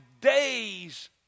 days